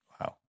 wow